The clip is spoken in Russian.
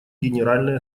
генеральной